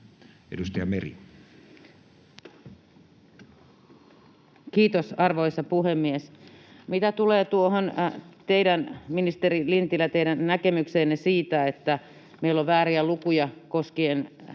Edustaja Meri. Kiitos, arvoisa puhemies! Mitä tulee, ministeri Lintilä, tuohon teidän näkemykseenne siitä, että meillä on vääriä lukuja koskien sitä,